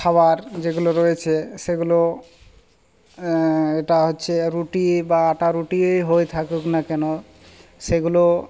খাওয়ার যেগুলো রয়েছে সেগুলো এটা হচ্ছে রুটি বা আটার রুটি হয়ে থাকুক না কেন সেগুলো